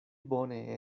bone